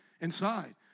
Inside